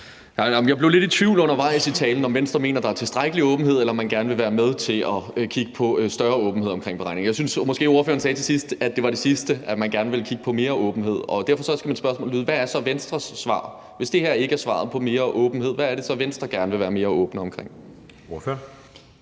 i talen lidt i tvivl om, om Venstre mener, at der er tilstrækkelig åbenhed, eller om man gerne vil være med til at kigge på større åbenhed om beregninger. Jeg synes måske, ordføreren sagde til sidst, at det var det sidste, altså at man gerne vil kigge på mere åbenhed. Derfor skal mit spørgsmål lyde: Hvad er så Venstres svar? Hvis det her ikke er svaret på mere åbenhed, hvad er det så, Venstre gerne vil være mere åbne om? Kl.